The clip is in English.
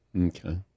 Okay